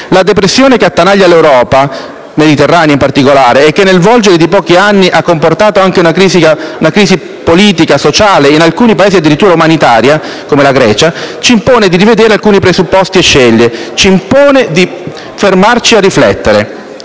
La depressione che attanaglia l'Europa mediterranea, in particolare, e che nel volgere di pochi anni ha comportato anche una crisi politica, sociale, in alcuni Paesi (come la Grecia) addirittura umanitaria, ci impone di rivedere alcuni presupposti e scelte. Ci impone di fermarci per riflettere.